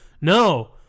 No